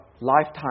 lifetime